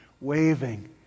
waving